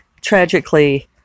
tragically